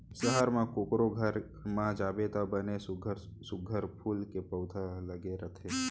सहर म कोकरो घर म जाबे त बने सुग्घर सुघ्घर फूल के पउधा लगे रथे